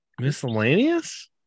miscellaneous